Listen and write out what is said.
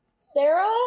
Sarah